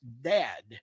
dad